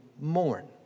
mourn